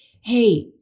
Hey